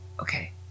Okay